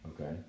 Okay